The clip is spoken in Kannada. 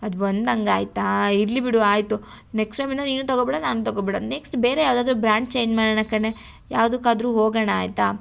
ಅದು ಒಂದು ಹಂಗ್ ಆಯಿತಾ ಇರಲಿ ಬಿಡು ಆಯಿತು ನೆಕ್ಸ್ಟ್ ಟೈಮಿಂದ ನೀನು ತಗೋಬೇಡ ನಾನು ತಗೋಬೇಡ ನೆಕ್ಸ್ಟ್ ಬೇರೆ ಯಾವ್ದಾದ್ರೂ ಬ್ರ್ಯಾಂಡ್ ಚೇಂಜ್ ಮಾಡೋಣ ಕಣೇ ಯಾವ್ದುಕ್ಕಾದ್ರೂ ಹೋಗೋಣ ಆಯಿತಾ